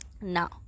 Now